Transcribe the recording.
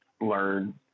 learn